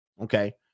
okay